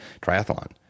triathlon